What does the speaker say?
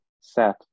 set